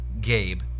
Gabe